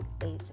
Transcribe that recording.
eight